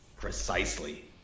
Precisely